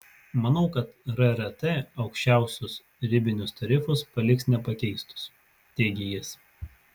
manau kad rrt aukščiausius ribinius tarifus paliks nepakeistus teigia jis